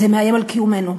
זה מאיים על קיומנו,